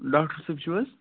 doctor صٲب چھِو حظ